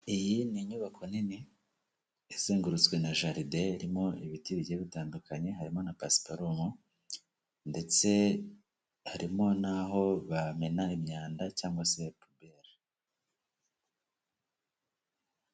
Iyi ni inyubako nini izengurutswe na jaride irimo ibiti bigiye bitandukanye harimo na pasiparumu ndetse harimo n'aho bamena imyanda cyangwa se pubere.